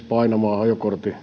painamaan